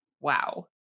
Wow